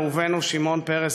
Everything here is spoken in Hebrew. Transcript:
אהובנו שמעון פרס,